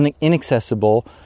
inaccessible